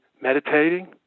meditating